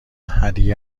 هدیه